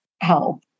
help